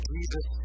Jesus